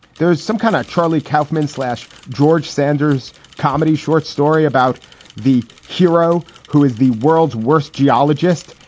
there is some kind of charlie kaufman slash george sanders comedy. short story about the hero who is the world's worst geologist.